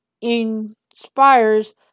inspires